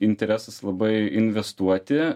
interesas labai investuoti